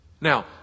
Now